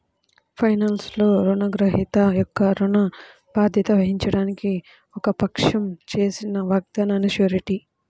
ఫైనాన్స్లో, రుణగ్రహీత యొక్క ఋణ బాధ్యత వహించడానికి ఒక పక్షం చేసిన వాగ్దానాన్నిజ్యూరిటీ